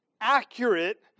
accurate